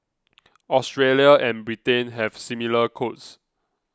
Australia and Britain have similar codes